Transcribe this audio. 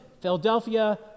Philadelphia